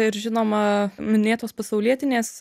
ir žinoma minėtos pasaulietinės